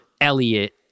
Elliot